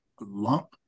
lump